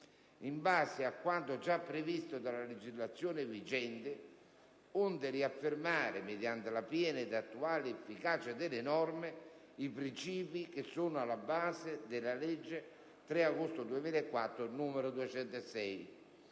in base a quanto già previsto dalla legislazione vigente, onde riaffermare, mediante la piena ed attuale efficacia delle norme, i principi che sono alla base della legge 3 agosto 2004, n. 206;